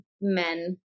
men